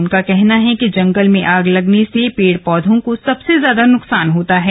उनका कहना है कि जंगल में आग लगने से पेड़ पौधों को सबसे ज्यादा नुकसान होता है